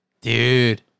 dude